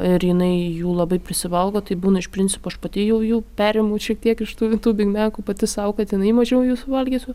ir jinai jų labai prisivalgo tai būna iš principo aš pati jau jų perimu šiek tiek iš tų jau tų bigmekų pati sau kad jinai mažiau jų suvalgytų